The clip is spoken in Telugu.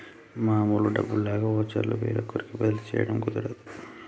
మామూలు డబ్బుల్లాగా వోచర్లు వేరొకరికి బదిలీ చేయడం కుదరదు